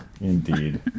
Indeed